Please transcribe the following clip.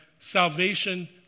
salvation